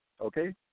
Okay